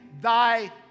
thy